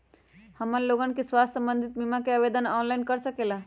हमन लोगन के स्वास्थ्य संबंधित बिमा का आवेदन ऑनलाइन कर सकेला?